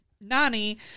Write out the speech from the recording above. Nani